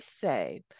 say